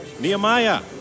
Nehemiah